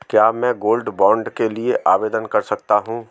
क्या मैं gold bond के लिए आवेदन कर सकता हूं?